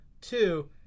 Two